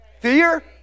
Fear